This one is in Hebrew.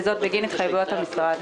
וזאת בגין התחייבויות המשרד.